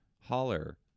holler